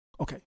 Okay